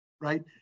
right